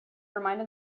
reminded